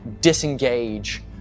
disengage